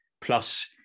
plus